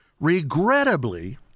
regrettably